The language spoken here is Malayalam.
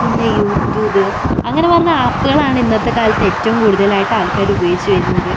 പിന്നെ യൂട്യൂബ് അങ്ങനെ പറഞ്ഞ അപ്പുകളാണ് ഇന്നത്തെ കാലത്ത് ഏറ്റവും കൂടുതലായിട്ട് ആൾക്കാർ ഉപയോഗിച്ച് വരുന്നത്